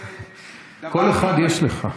קול אחד יש לך.